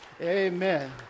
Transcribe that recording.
Amen